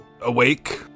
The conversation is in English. Awake